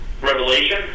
revelation